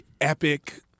epic